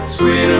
sweeter